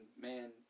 man